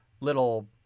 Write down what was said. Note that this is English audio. little